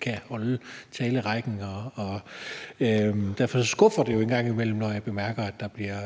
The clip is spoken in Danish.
kan respektere talerrækken, og derfor skuffer det mig, når jeg en gang imellem bemærker, at der bliver